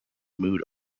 mood